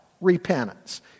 repentance